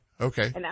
Okay